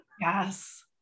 Yes